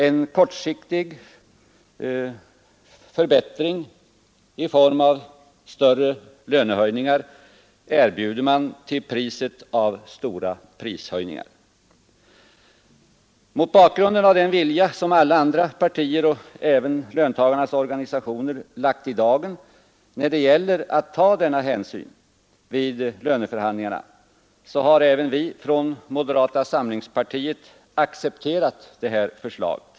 En kortsiktig förbättring i form av större lönehöjningar erbjuder man till priset av stora prishöjningar. Mot bakgrunden av den vilja som alla andra partier och även löntagarnas organisationer lagt i dagen när det gäller att ta denna hänsyn vid löneförhandlingarna har även vi från moderata samlingspartiet accepterat detta förslag.